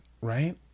right